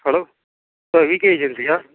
hello sir VK ஏஜென்சியா